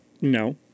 No